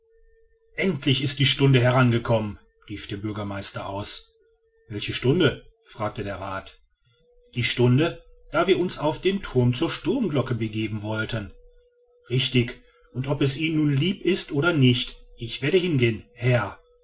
endlich ist die stunde herangekommen rief der bürgermeister aus welche stunde fragte der rath die stunde da wir uns auf den thurm zur sturmglocke begeben wollten richtig und ob es ihnen nun lieb ist oder nicht ich werde hingehen herr